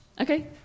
Okay